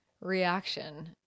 reaction